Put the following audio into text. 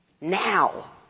now